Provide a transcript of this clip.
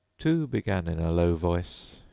two began in a low voice,